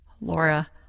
Laura